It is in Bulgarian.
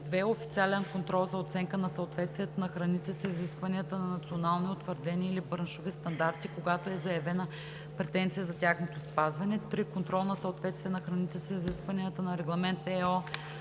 2. официален контрол за оценка на съответствието на храните с изискванията на национални, утвърдени или браншови стандарти, когато е заявена претенция за тяхното спазване; 3. контрол за съответствие на храните с изискванията на Регламент (ЕО)